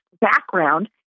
background